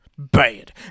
Bad